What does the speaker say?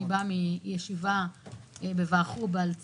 אני באה מישיבה בוועדת חוץ וביטחון על צה"ל,